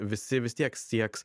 visi vis tiek sieks